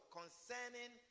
concerning